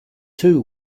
two